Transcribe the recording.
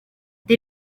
they